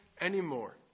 anymore